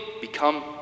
become